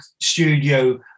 studio